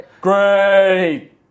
Great